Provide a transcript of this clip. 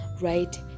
right